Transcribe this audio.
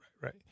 right